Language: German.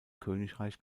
königreich